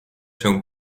się